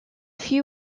few